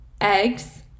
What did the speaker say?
eggs